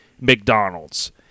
McDonald's